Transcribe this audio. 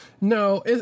No